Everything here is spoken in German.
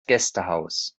gästehaus